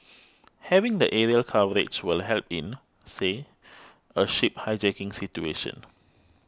having the aerial coverage will help in say a ship hijacking situation